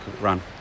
run